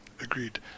agreed